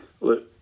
Look